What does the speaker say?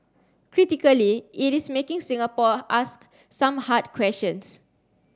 critically it is making Singapore ask some hard questions